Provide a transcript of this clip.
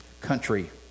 country